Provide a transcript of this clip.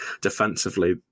defensively